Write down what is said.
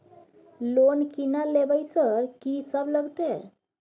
Loan की ना लेबय सर कि सब लगतै?